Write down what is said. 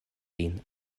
lin